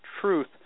truth